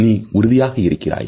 நீ உறுதியாக இருக்கிறாயா